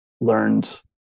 learned